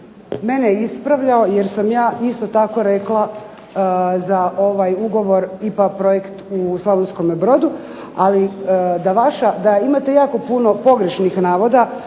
mene ispravljao, jer sam ja isto tako rekla za ovaj ugovor IPA projekt u Slavonskome Brodu, ali da vaša, da imate jako puno pogrešnih navoda